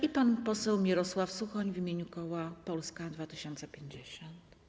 I pan poseł Mirosław Suchoń w imieniu koła Polska 2050.